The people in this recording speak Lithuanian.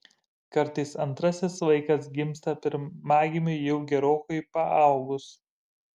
kartais antrasis vaikas gimsta pirmagimiui jau gerokai paaugus